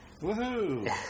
woohoo